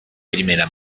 primera